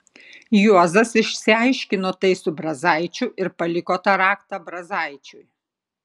juozas išsiaiškino tai su brazaičiu ir paliko tą raktą brazaičiui